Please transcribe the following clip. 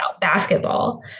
basketball